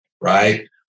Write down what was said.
right